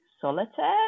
Solitaire